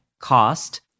cost